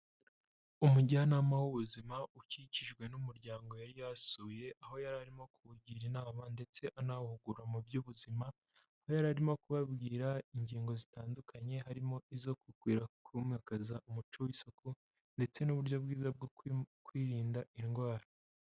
Umujyanama w'ubuzima ukikijwe n'umuryango yari yasuye aho yari arimo kuwugira inama ndetse anawuhugura mu by'ubuzima, aho yari arimo kubabwira ingingo zitandukanye harimo izo gukomeza kwimakaza umuco w'isuku ndetse n'uburyo bwiza bwo kwirinda indwara.